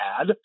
add